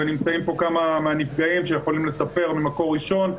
ונמצאים פה כמה מהנפגעים שיכולים לספר ממקור ראשון,